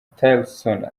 tillerson